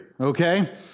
Okay